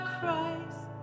Christ